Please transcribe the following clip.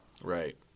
Right